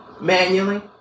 Manually